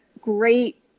great